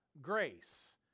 grace